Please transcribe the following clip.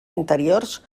interiors